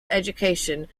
education